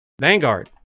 Vanguard